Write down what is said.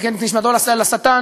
את נשמתו לשטן.